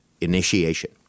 initiation